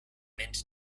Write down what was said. mint